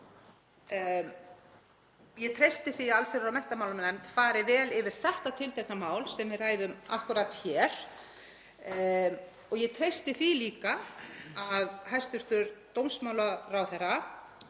Ég treysti því að allsherjar- og menntamálanefnd fari vel yfir þetta tiltekna mál sem við ræðum akkúrat hér. Ég treysti því líka að hæstv. dómsmálaráðherra,